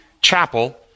chapel